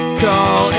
call